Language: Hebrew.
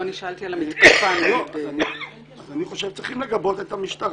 אני שאלתי על המתקפה נגד --- אני חושב שצריכים לגבות את המשטרה.